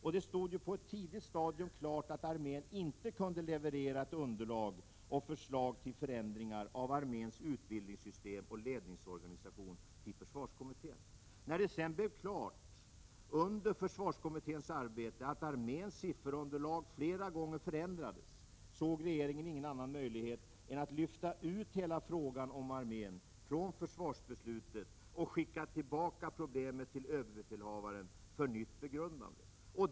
På ett tidigt stadium stod det klart att armén inte till försvarskommittén kunde leverera ett underlag till och förslag om förändringar av arméns utbildningssystem och ledningsorganisation. När det sedan under försvarskommitténs arbete blev klart att arméns sifferunderlag hade förändrats flera gånger, såg regeringen ingen annan möjlighet än att lyfta ut hela frågan om armén från försvarsbeslutet och skicka tillbaka problemet till överbefälhavaren för nytt begrundande.